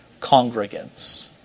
congregants